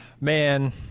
man